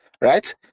right